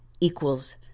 equals